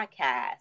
podcast